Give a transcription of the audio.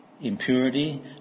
impurity